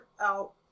out